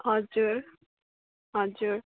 हजुर हजुर